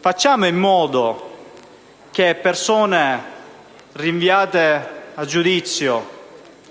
Facciamo in modo che persone rinviate a giudizio